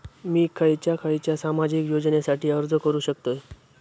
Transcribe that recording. मी खयच्या खयच्या सामाजिक योजनेसाठी अर्ज करू शकतय?